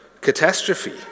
catastrophe